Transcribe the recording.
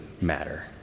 matter